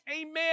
Amen